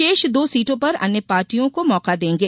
शेष दो सीटों पर अन्य पार्टियों को मौका देंगे